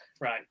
Right